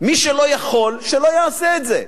מי שלא יכול, שלא יעשה את זה.